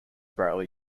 brightly